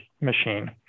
machine